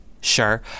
Sure